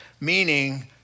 Meaning